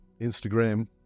Instagram